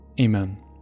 Amen